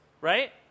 right